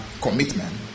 commitment